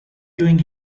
doing